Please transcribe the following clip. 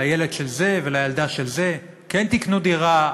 לילד של זה ולילדה של זה: כן תקנו דירה,